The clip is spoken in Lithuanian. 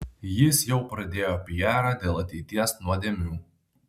jis jau pradėjo pijarą dėl ateities nuodėmių